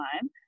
time